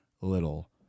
little